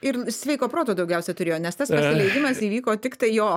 ir sveiko proto daugiausia turėjo nes tas pasileidimas įvyko tiktai jo